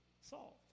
solved